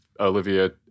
Olivia